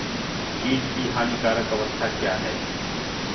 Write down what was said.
कीट की हानिकारक अवस्था क्या है?